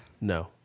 No